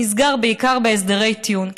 נסגר בעיקר בהסדרי טיעון.